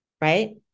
right